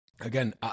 Again